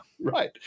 Right